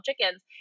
chickens